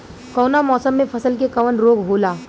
कवना मौसम मे फसल के कवन रोग होला?